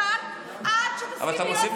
אני אשב לך כאן עד שתסכים להיות סיו"ר ולא אחמד טיבי.